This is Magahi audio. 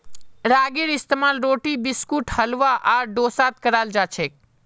रागीर इस्तेमाल रोटी बिस्कुट हलवा आर डोसात कराल जाछेक